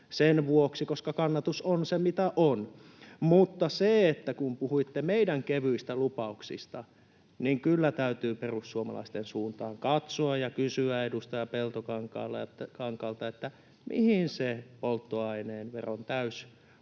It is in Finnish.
sen vuoksi, koska kannatus on se, mitä on. Mutta kun puhuitte meidän kevyistä lupauksistamme, niin kyllä täytyy perussuomalaisten suuntaan katsoa ja kysyä edustaja Peltokankaalta: mihin se polttoaineveron